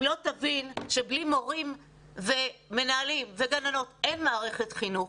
אם לא תבין שבלי מורים ומנהלים וגננות אין מערכת חינוך,